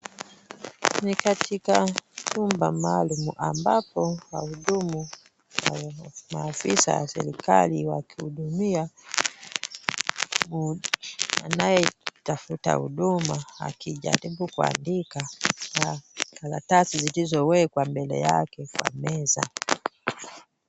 Ni katika chumba maalum ambapo wahudumu au maafisa wa serikali wakitumia mtu anayetafuta huduma akijaribu kuandika kalatasi zilizowekwa mbele yake kwa meza